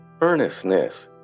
earnestness